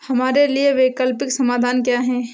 हमारे लिए वैकल्पिक समाधान क्या है?